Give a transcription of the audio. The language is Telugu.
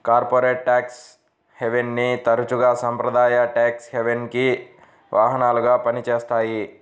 కార్పొరేట్ ట్యాక్స్ హెవెన్ని తరచుగా సాంప్రదాయ ట్యేక్స్ హెవెన్కి వాహనాలుగా పనిచేస్తాయి